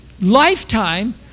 lifetime